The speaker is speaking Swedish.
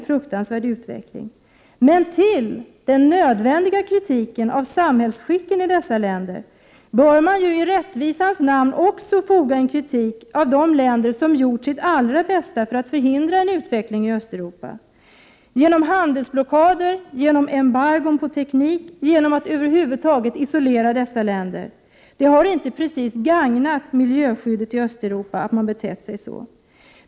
Men till den nödvändiga kritiken av samhällsskicken i dessa länder bör man i rättvisans namn också foga en kritik av de länder som gjort sitt allra bästa för att förhindra en utveckling i Östeuropa, genom handelsblockader, genom embargon på teknik, genom att över huvud taget isolera dessa länder. Det har inte precis gagnat miljöskyddet i Östeuropa att man betett sig så.